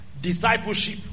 Discipleship